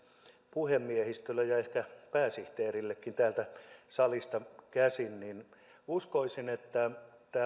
puhemiehistölle ja ehkä pääsihteerillekin täältä salista käsin uskoisin että